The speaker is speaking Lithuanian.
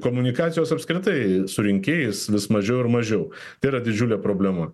komunikacijos apskritai su rinkėjais vis mažiau ir mažiau tai yra didžiulė problema